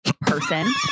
person